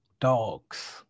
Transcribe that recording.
dogs